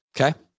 Okay